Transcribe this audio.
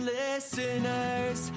listeners